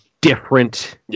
different